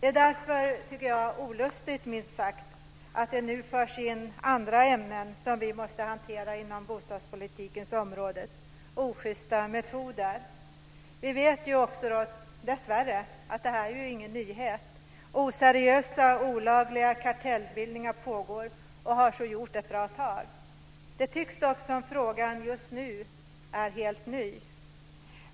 Därför tycker jag att det är minst sagt olustigt att det nu förs in andra ämnen som vi måste hantera inom bostadspolitikens område. Jag talar om ojusta metoder. Vi vet också att det här dessvärre inte är någon nyhet. Oseriösa olagliga kartellbildningar pågår, och har så gjort ett bra tag. Det tycks dock som om frågan just nu är helt ny.